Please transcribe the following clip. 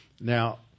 Now